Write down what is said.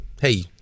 hey